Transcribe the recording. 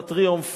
בטריומף